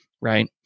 right